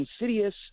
insidious